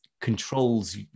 controls